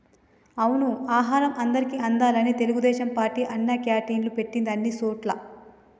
అవును ఆహారం అందరికి అందాలని తెలుగుదేశం పార్టీ అన్నా క్యాంటీన్లు పెట్టింది అన్ని సోటుల్లా